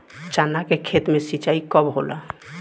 चना के खेत मे सिंचाई कब होला?